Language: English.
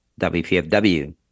WPFW